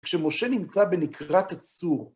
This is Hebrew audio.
כשמשה נמצא בנקרת הצור,